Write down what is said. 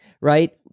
right